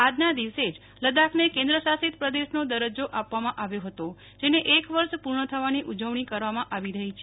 આજના ઘીવસે જ લદાખને કેન્દ્રાશાસિત પ્રદેશનો દરજ્જો આપવામાં આવ્યો હતો જેને એક વર્ષ પૂર્ણ થવાની ઉજવણી કરવામાં આવી રહી છે